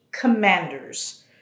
commanders